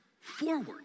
forward